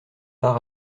par